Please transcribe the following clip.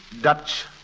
Dutch